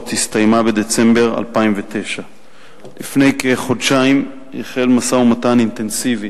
הסתיימה בדצמבר 2009. לפני כחודשיים החל משא-ומתן אינטנסיבי